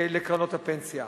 לקרנות הפנסיה.